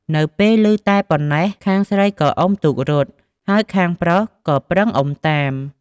នៅពេលឮតែប៉ុណ្ណេះ ខាងស្រីក៏អុំទូករត់ ហើយខាងប្រុសក៏ប្រឹងអុំតាម ។